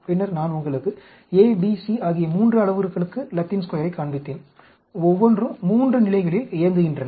பின்னர் நான் உங்களுக்கு ABC ஆகிய 3 அளவுருக்களுக்கு லத்தீன் ஸ்கொயரைக் காண்பித்தேன் ஒவ்வொன்றும் 3 நிலைகளில் இயங்குகின்றன